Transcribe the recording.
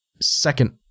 second